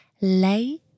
Lay